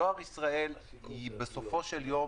דואר ישראל בסופו של יום